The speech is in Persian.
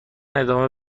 ادامه